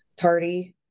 party